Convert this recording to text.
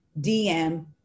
DM